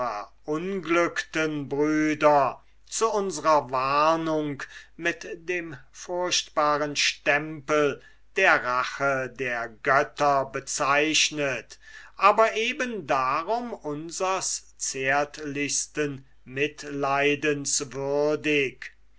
verunglückten brüder zu unsrer warnung mit dem furchtbaren stempel der rache der götter bezeichnet aber eben darum unsers zärtlichsten mitleidens